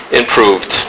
improved